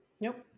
Nope